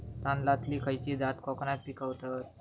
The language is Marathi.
तांदलतली खयची जात कोकणात पिकवतत?